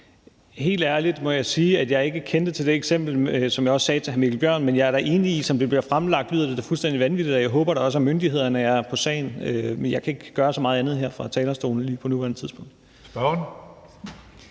Helt ærligt må jeg sige, at jeg ikke kendte til det eksempel, som jeg også sagde til hr. Mikkel Bjørn. Men jeg er da enig i, at som det bliver fremlagt, lyder det fuldstændig vanvittigt, og jeg håber da også, at myndighederne er på sagen. Men jeg kan ikke gøre så meget andet her fra talerstolen lige på nuværende tidspunkt. Kl.